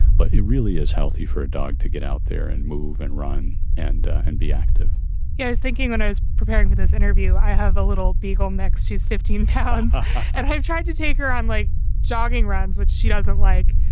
but it really is healthy for a dog to get out there and move and run and and be active yeah, i was thinking when i was preparing for this interview, i have a little beagle next. she's fifteen pounds and i've tried to take her. i'm like jogging runs, which she doesn't like,